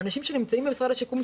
אנשים שנמצאים באגף השיקום,